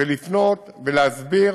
לפנות ולהסביר,